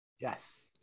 Yes